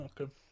Okay